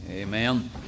Amen